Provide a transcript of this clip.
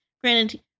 Granted